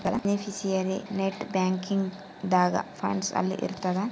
beneficiary net banking ದಾಗ funds ಅಲ್ಲಿ ಇರ್ತದ